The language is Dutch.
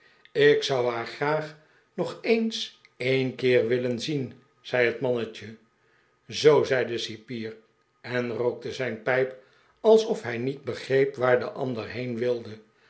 ik zou haar graag nog eens een keer willen zien zei het mannetje zoo zei de cipier en rookte zijn pijp alsof hij niet begreep waar de ander heen wilde